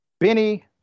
Benny